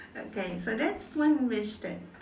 okay so that's one wish that